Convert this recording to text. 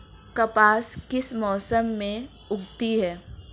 कपास किस मौसम में उगती है?